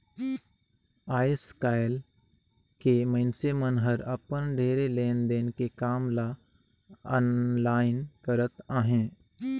आएस काएल के मइनसे मन हर अपन ढेरे लेन देन के काम ल आनलाईन करत अहें